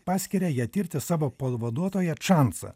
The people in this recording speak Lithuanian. paskiria ją tirti savo pavaduotoją čansą